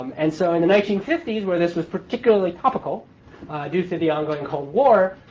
um and so in the nineteen fifty s where this was particularly topical due to the ongoing cold war,